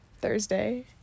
thursday